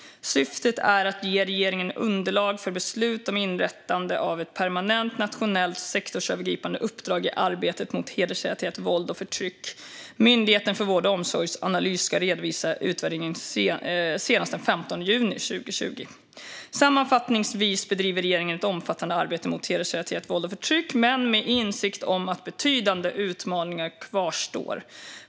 Syftet är att ge regeringen underlag för beslut om inrättande av ett permanent nationellt, sektorsövergripande uppdrag i arbetet mot hedersrelaterat våld och förtryck. Myndigheten för vård och omsorgsanalys ska redovisa utvärderingen senast den 15 juni 2020. Sammanfattningsvis bedriver regeringen ett omfattande arbete mot hedersrelaterat våld och förtryck, men med insikt om att betydande utmaningar kvarstår.